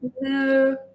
no